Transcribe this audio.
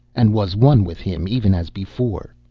and was one with him even as before.